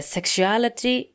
Sexuality